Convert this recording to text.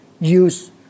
use